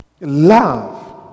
Love